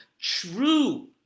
true